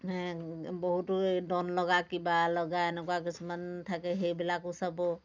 বহুতো দন লগা কিবা লগা এনেকুৱা কিছুমান থাকে সেইবিলাকো চাব